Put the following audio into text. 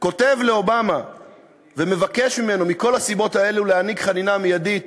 כותב לאובמה ומבקש ממנו מכל הסיבות האלה להעניק חנינה מיידית